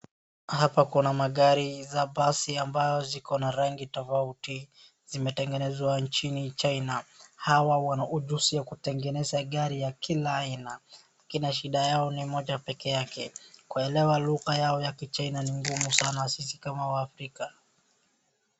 Hapa kuna magari za basi ambayo zikona rangi tofauti. zimetegenezwa nchini China. Hawa wana ujuzi ya kutegeneza gari ya kila aina. Lakini shida yao ni moja pekeake, kuelewa lugha yao ya kichini ni gumu sana sisi kama waafrika.